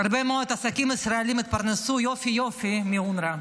שהרבה מאוד עסקים ישראלים התפרנסו יופי יופי מאונר"א.